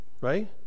right